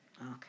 Okay